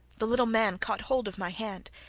the little man caught hold of my hand,